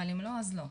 אבל אם לא, אז לא.